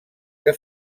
que